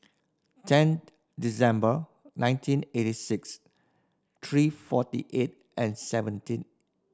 ten December nineteen eighty six three forty eight and seventeen